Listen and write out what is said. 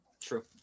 True